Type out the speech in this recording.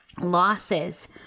losses